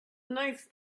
nice